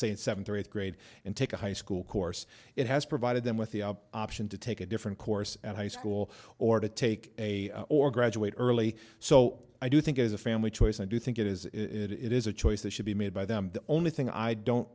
st seventh or eighth grade and take a high school course it has provided them with the option to take a different course at high school or to take a or graduate early so i do think as a family choice i do think it is it is a choice that should be made by them the only thing i don't